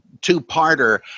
two-parter